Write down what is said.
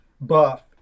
buff